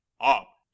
up